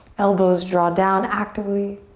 elbows draw down actively.